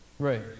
Right